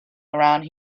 around